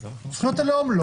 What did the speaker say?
לא זכויות הלאום.